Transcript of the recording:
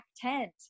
tent